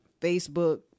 Facebook